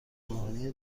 مهمانی